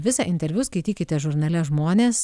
visą interviu skaitykite žurnale žmonės